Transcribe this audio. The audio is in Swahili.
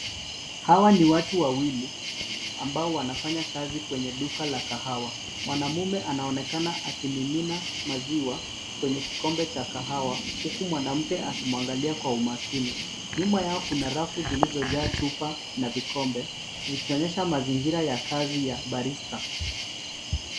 Hawa ni watu wawili ambao wanafanya kazi kwenye duka la kahawa. Mwanaume anaonekana akimimina maziwa kwenye kikombe cha kahawa, huku mwanamke akimwangalia kwa umakini. Nyuma yao kuna rafu zilizojaa chupa na vikombe, zikionyesha mazingira ya kazi ya barista.